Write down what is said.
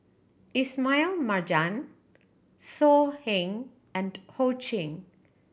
Ismail Marjan So Heng and Ho Ching